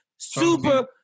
Super